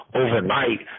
overnight